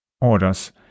orders